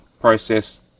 process